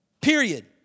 Period